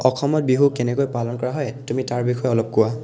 অসমত বিহু কেনেকৈ পালন কৰা হয় তুমি তাৰ বিষয়ে অলপ কোৱা